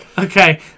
Okay